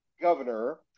governor